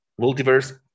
multiverse